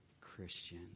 Christian